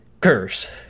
Curse